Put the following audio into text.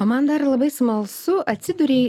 o man dar labai smalsu atsiduri